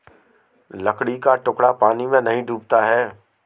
लकड़ी का टुकड़ा पानी में नहीं डूबता है